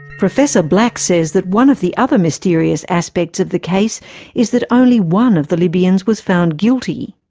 professor black says that one of the other mysterious aspects of the case is that only one of the libyans was found guilty.